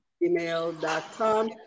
gmail.com